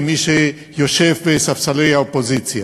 כמי שיושב בספסלי האופוזיציה: